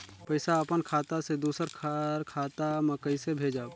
पइसा अपन खाता से दूसर कर खाता म कइसे भेजब?